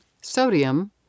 Sodium